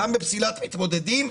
פסילת מתמודדים,